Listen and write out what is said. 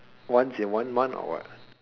once in one month or what